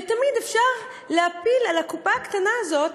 ותמיד יהיה אפשר להפיל על הקופה הקטנה הזאת,